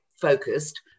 focused